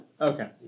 Okay